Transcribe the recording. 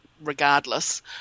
regardless